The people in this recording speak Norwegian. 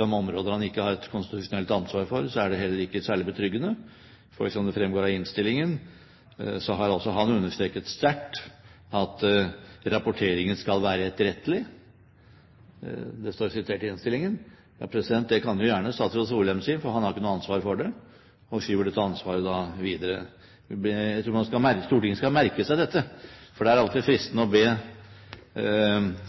om områder man ikke har et konstitusjonelt ansvar for, er det heller ikke særlig betryggende. For som det fremgår av innstillingen, har også han understreket sterkt «at rapporteringen skal være etterrettelig». Det står sitert i innstillingen. Det kan jo gjerne statsråd Solheim si, for han har ikke noe ansvar for det, og han skyver da dette ansvaret videre. Jeg tror Stortinget skal merke seg dette, for det er alltid fristende å be